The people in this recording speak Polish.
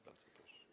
Bardzo proszę.